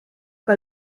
que